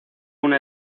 una